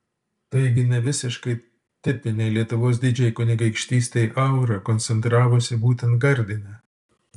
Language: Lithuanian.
taigi ne visiškai tipinė lietuvos didžiajai kunigaikštystei aura koncentravosi būtent gardine